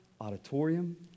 auditorium